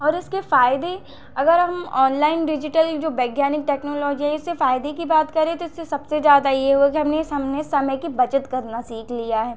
और इसके फायदे अगर हम ऑनलाइन डिजिटल जो वैज्ञानिक टेक्नोलॉजी है उससे फायदे की बात करें तो इससे सबसे ज़्यादा ये हो गया हमने ये समने समय की बचत करना सीख लिया है